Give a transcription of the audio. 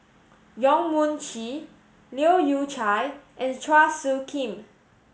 Yong Mun Chee Leu Yew Chye and Chua Soo Khim